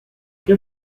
che